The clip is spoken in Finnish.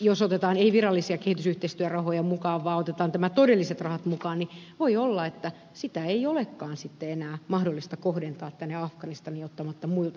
jos ei oteta virallisia kehitysyhteistyörahoja mukaan vaan otetaan nämä todelliset rahat mukaan todellisia voimavaroja ei olekaan sitten enää mahdollista kohdentaa tänne afganistaniin ottamatta muilta pois